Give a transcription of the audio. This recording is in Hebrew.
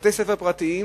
לבתי-ספר פרטיים,